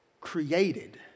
created